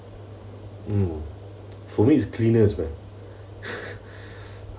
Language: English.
mm for me it's cleaners leh